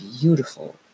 beautiful